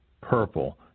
purple